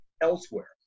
elsewhere